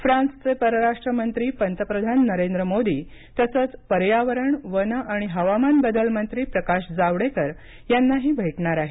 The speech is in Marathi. फ्रान्सचे परराष्ट्र मंत्री पंतप्रधान नरेंद्र मोदी तसंच पर्यावरण वन आणि हवामान बदल मंत्री प्रकाश जावडेकर यांनाही भेटणार आहेत